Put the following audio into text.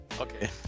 Okay